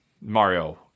Mario